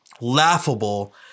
laughable